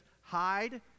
hide